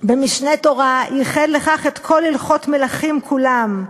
ב"משנה תורה" ייחד לכך את כל הלכות מלכים כולן.